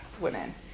women